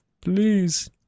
Please